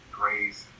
grace